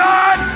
God